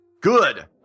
good